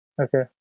Okay